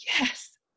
yes